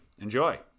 Enjoy